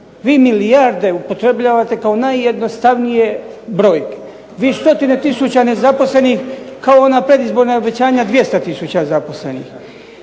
Vi milijarde upotrebljavate kao najjednostavnije brojke. Vi stotine tisuća nezaposlenih kao ona predizborna obećanja 200 tisuća zaposlenih.